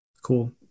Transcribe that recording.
Cool